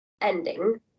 ending